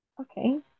Okay